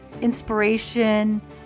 inspiration